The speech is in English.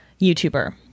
YouTuber